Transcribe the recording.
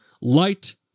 light